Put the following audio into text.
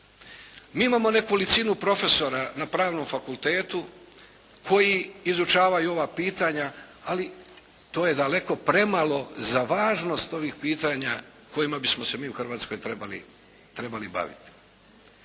Mi imamo nekolicinu profesora na Pravnom fakultetu koji izučavaju ova pitanja ali to je daleko premalo za važnost ovih pitanja kojima bismo se mi u Hrvatskoj trebali baviti.